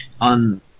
on